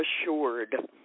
assured